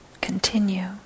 continue